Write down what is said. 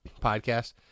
podcast